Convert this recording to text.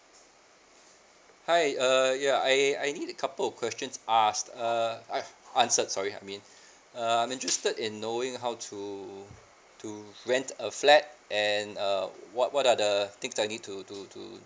hi err ya I I need a couple of questions asked err uh answered sorry I mean err I'm interested in knowing how to to rent a flat and err what what are the things I need to to to